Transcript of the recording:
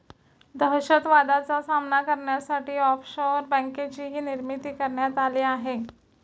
दहशतवादाचा सामना करण्यासाठी ऑफशोअर बँकेचीही निर्मिती करण्यात आली आहे